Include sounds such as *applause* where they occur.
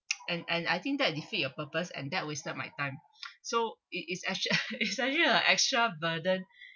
and and I think that defeat your purpose and that wasted my time so it is act~ *laughs* is actually a extra burden